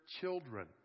children